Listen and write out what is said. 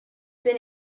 been